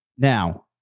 Now